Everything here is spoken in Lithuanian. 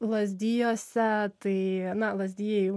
lazdijuose tai na lazdijai jau